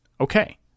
Okay